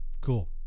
Cool